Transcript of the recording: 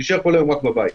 להישאר כל היום רק בבית.